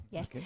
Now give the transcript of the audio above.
Yes